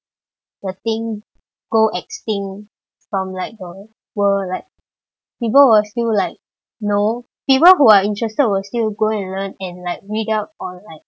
the thing go extinct from like the world like people will still like know people who are interested will still go and learn and like read up or like